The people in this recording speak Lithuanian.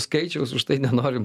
skaičiaus užtai nenorim